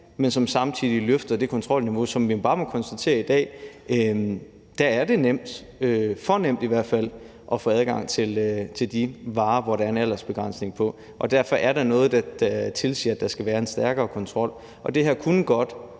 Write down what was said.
men som samtidig løfter det kontrolniveau, som er der i dag, hvor vi bare må konstatere, at det er nemt, for nemt i hvert fald, at få adgang til de varer, hvor der er en aldersbegrænsning på. Derfor er der noget, der tilsiger, at der skal være en stærkere kontrol, og det her kunne godt